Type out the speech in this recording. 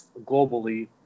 globally